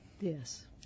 Yes